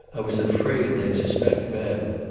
i was afraid they'd suspect bev.